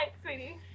sweetie